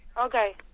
Okay